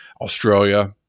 Australia